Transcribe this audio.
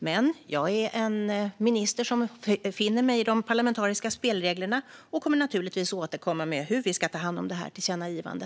Men jag är en minister som finner mig i de parlamentariska spelreglerna och kommer därför givetvis att återkomma med hur vi ska ta hand om detta tillkännagivande.